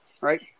right